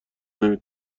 نمی